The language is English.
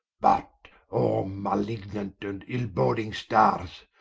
but o malignant and ill-boading starres,